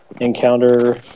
encounter